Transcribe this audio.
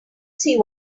see